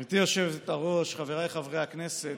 היושבת-ראש, חבריי חברי הכנסת,